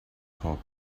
top